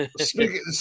speaking